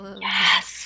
yes